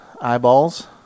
Eyeballs